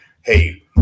hey